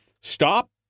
Stop